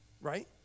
right